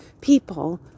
people